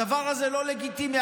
הדבר הזה לא לגיטימי.